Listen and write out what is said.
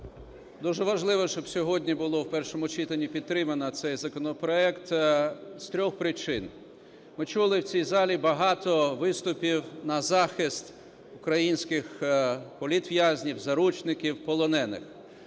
Дуже важливо, щоб сьогодні було в першому читанні підтримано цей законопроект з трьох причин. Ми чули в цій залі багато виступів на захист українських політв’язнів, заручників, полонених.